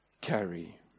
carry